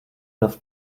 das